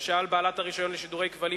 שעל בעלת הרשיון לשידורי כבלים,